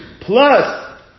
plus